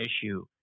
issue